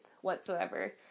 whatsoever